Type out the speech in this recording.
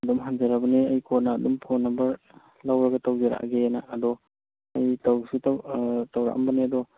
ꯑꯗꯨꯝ ꯍꯟꯖꯔꯕꯅꯦ ꯑꯩ ꯀꯣꯟꯅ ꯑꯗꯨꯝ ꯐꯣꯟ ꯅꯝꯕꯔ ꯂꯧꯔꯒ ꯇꯧꯖꯔꯛꯑꯒꯦꯅ ꯑꯗꯣ ꯑꯩ ꯇꯧꯁꯨ ꯇꯧꯔꯀꯝꯕꯅꯦ ꯑꯗꯣ